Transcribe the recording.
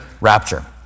rapture